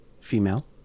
female